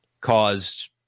caused